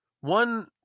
one